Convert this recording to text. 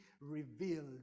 revealed